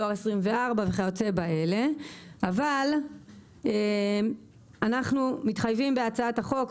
דואר 24 וכיוצא באלה אבל אנחנו מתחייבים בהצעת חוק,